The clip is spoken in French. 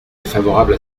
défavorable